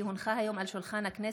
כי הונחה היום על שולחן הכנסת,